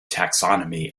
taxonomy